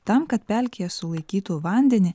tam kad pelkėje sulaikytų vandenį